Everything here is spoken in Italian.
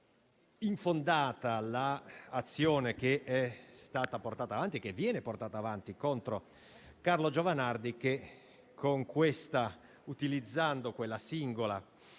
infondata l'azione che è stata e che viene portata avanti contro Carlo Giovanardi che, utilizzando quella singola